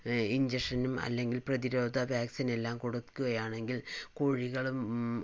ഇൻജെക്ഷനും അല്ലങ്കിൽ പ്രതിരോധ വാക്സിനെല്ലാം കൊടുക്കുകയാണെങ്കിൽ കോഴികളും